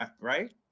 right